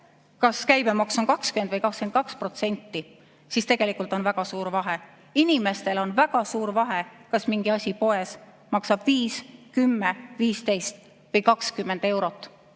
kas käibemaks on 20% või 22%, siis tegelikult on väga suur vahe. Inimestel on väga suur vahe, kas mingi asi poes maksab 5, 10, 15 või 20 eurot.